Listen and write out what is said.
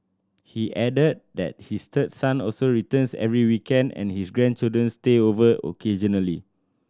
he added that his third son also returns every weekend and his grandchildren stay over occasionally